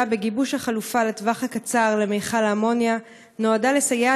בגיבוש החלופה לטווח הקצר למכל האמוניה נועדה לסייע